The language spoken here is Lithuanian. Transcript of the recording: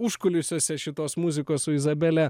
užkulisiuose šitos muzikos su izabele